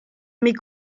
mes